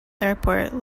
airport